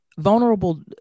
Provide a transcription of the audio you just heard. Vulnerable